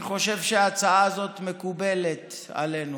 אני חושב שההצעה הזאת מקובלת עלינו.